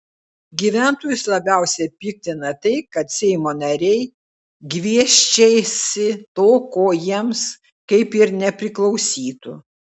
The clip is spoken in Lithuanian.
gyventojus labiausiai piktina tai kad seimo nariai gviešiasi to ko jiems kaip ir nepriklausytų